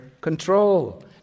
control